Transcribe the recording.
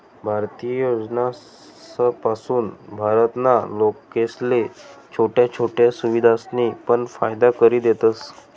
भारतीय योजनासपासून भारत ना लोकेसले छोट्या छोट्या सुविधासनी पण फायदा करि देतस